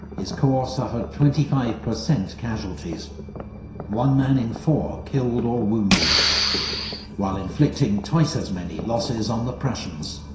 his corps suffered twenty five percent casualties one man in four killed or wounded while inflicting twice as many losses on the prussians.